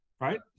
right